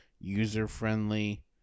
user-friendly